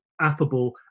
affable